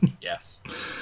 Yes